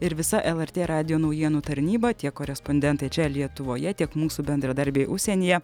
ir visa lrt radijo naujienų tarnyba tiek korespondentai čia lietuvoje tiek mūsų bendradarbiai užsienyje